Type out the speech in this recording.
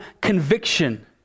conviction